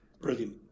Brilliant